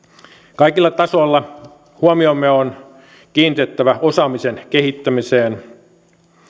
kaikilla tasoilla huomiomme on kiinnitettävä osaamisen kehittämiseen